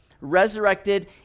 resurrected